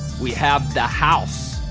we have the house.